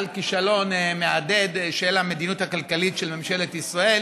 על כישלון מהדהד של המדיניות הכלכלית של ממשלת ישראל.